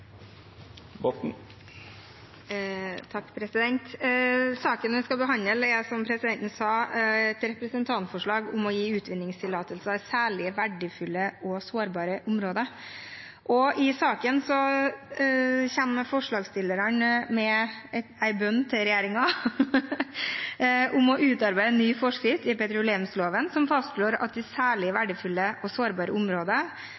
skal behandle, er et representantforslag om ikke å gi utvinningstillatelser i særlig verdifulle og sårbare områder. I saken kommer forslagsstillerne med en bønn til regjeringen om å utarbeide en ny forskrift i petroleumsloven som fastslår at